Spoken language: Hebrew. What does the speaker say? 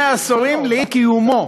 שני עשורים לאי-קיומו,